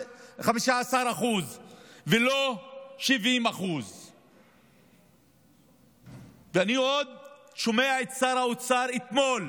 15% ולא 70%. אני עוד שומע את שר האוצר אתמול